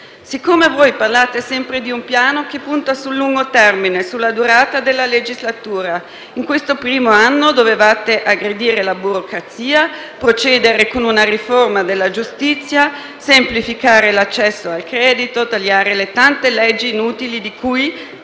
Siccome voi parlate sempre di un piano che punta al lungo termine e alla durata dell'intera legislatura, in questo primo anno avreste dovuto aggredire la burocrazia, procedere con una riforma della giustizia, semplificare l'accesso al credito e tagliare le tante leggi inutili di cui